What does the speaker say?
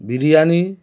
biryani